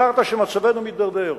אמרת שמצבנו מידרדר.